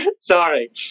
Sorry